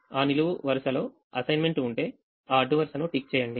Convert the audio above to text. ఆ నిలువు వరుసలో అసైన్మెంట్ ఉంటే ఆ అడ్డు వరుసను టిక్ చేయండి